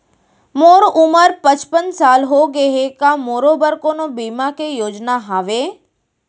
मोर उमर पचपन साल होगे हे, का मोरो बर कोनो बीमा के योजना हावे?